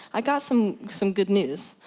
i've got some some good news.